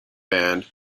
band